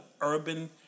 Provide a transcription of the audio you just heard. urban